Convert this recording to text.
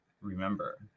remember